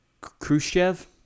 Khrushchev